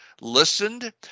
listened